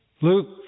Luke